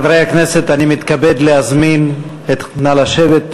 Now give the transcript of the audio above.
(חברי הכנסת מכבדים בקימה את צאת נשיא המדינה מאולם המליאה.) נא לשבת.